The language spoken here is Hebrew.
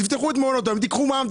תפתחו את מעונות היום ותיקחו מע"מ,